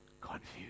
confused